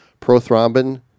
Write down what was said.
prothrombin